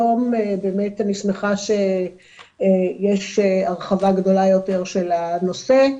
היום באמת אני שמחה יש הרחבה גדולה יותר של הנושא,